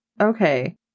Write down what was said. Okay